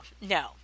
no